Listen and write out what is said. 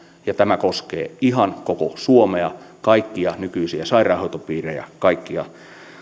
ja tämä koskee ihan koko suomea kaikkia nykyisiä sairaanhoitopiirejä kaikkia